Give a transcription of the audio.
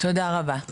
תודה רבה.